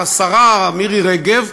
השרה מירי רגב,